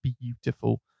beautiful